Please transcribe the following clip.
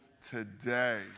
today